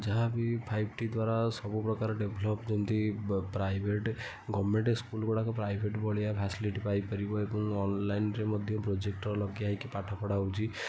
ଯାହା ବି five T ଦ୍ୱାରା ସବୁ ପ୍ରକାର ଡେଭ୍ଲପ୍ ଯେମିତି ପ୍ରାଇଭେଟ୍ ଗଭର୍ଣ୍ଣମେଣ୍ଟ ସ୍କୁଲ୍ ଗୁଡ଼ାକ ପ୍ରାଇଭେଟ୍ ଭଳିଆ ଫ୍ୟାସିଲିଟି ପାଇପାରିବ ଏବଂ ଅନଲାଇନ୍ରେ ମଧ୍ୟ ପ୍ରୋଜେକ୍ଟର୍ ଲଗାହେଇକି ପାଠ ପଢ଼ା ହେଉଛି